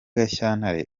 gashyantare